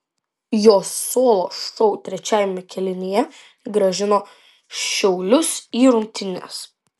jo solo šou trečiajame kėlinyje grąžino šiaulius į rungtynes